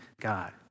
God